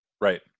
Right